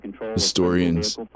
historians